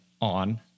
on